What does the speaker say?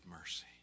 mercy